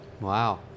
Wow